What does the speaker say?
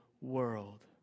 world